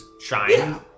shine